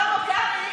שלמה קרעי,